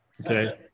okay